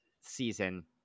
season